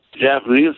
Japanese